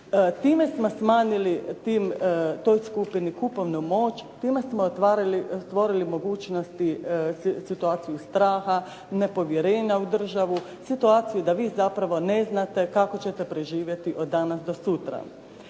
Time smo smanjili toj skupini kupovnu moć, time smo stvorili mogućnosti situaciju straha, nepovjerenja u državu, situaciju da vi zapravo ne znate kako ćete preživjeti od danas do sutra.